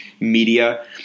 media